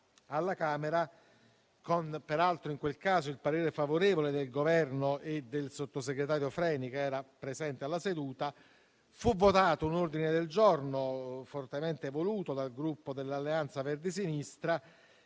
alla Camera, peraltro con il parere favorevole del Governo e del sottosegretario Freni che era presente alla seduta, fu votato un ordine del giorno fortemente voluto dal Gruppo Alleanza Verdi e Sinistra